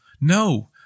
No